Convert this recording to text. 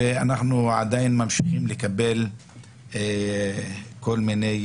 ואנחנו עדיין ממשיכים לקבל כל מיני